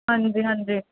ਹਾਂਜੀ ਹਾਂਜੀ